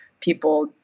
people